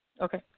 okay